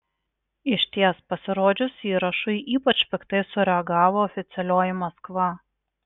išties pasirodžius įrašui ypač piktai sureagavo oficialioji maskva